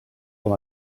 com